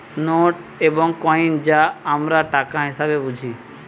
note এবং coin যা আমরা টাকা হিসেবে বুঝি